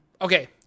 Okay